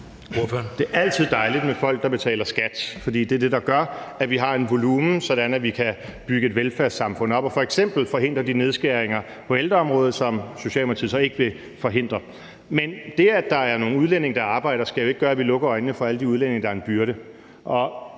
Det er altid dejligt med folk, der betaler skat, for det er det, der gør, at vi har en volumen, sådan at vi kan bygge et velfærdssamfund op og f.eks. forhindre de nedskæringer på ældreområdet, som Socialdemokratiet så ikke vil forhindre. Men det, at der er nogle udlændinge, der arbejder, skal jo ikke gøre, at vi lukker øjnene for alle de udlændinge, der er en byrde.